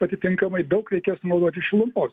atitinkamai daug reikės sunaudoti šilumos